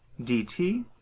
d t.